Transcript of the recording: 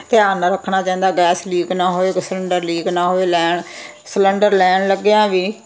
ਧਿਆਨ ਨਾਲ ਰੱਖਣਾ ਚਾਹੀਦਾ ਗੈਸ ਲੀਕ ਨਾ ਹੋਵੇ ਅਤੇ ਸਲੰਡਰ ਲੀਕ ਨਾ ਹੋਵੇ ਲੈਣ ਸਲੰਡਰ ਲੈਣ ਲੱਗਿਆਂ ਵੀ